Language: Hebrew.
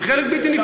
היא חלק בלתי נפרד.